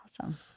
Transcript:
awesome